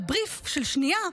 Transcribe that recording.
על בריף של שנייה,